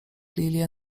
lilie